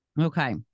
Okay